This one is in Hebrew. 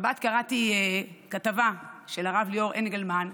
בשבת קראתי כתבה של הרב ליאור אנגלמן,